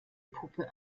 puppe